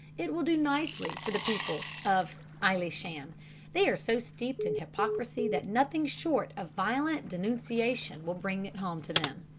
it will do nicely for the people of aylesham. they are so steeped in hypocrisy that nothing short of violent denunciation will bring it home to them.